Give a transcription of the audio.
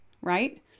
right